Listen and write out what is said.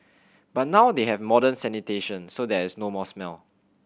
but now they have modern sanitation so there is no more smell